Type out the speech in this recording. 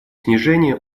снижения